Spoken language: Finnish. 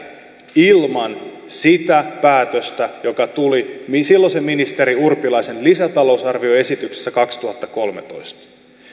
ilman sitä päätöstä joka tuli silloisen ministeri urpilaisen lisätalousarvioesityksessä kaksituhattakolmetoista